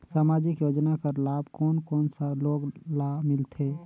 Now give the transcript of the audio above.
समाजिक योजना कर लाभ कोन कोन सा लोग ला मिलथे?